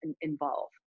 involve